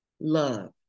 love